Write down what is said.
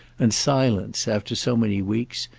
and silence, after so many weeks,